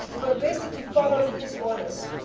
were basically following his orders.